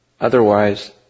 Otherwise